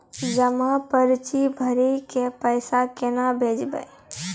जमा पर्ची भरी के पैसा केना भेजबे?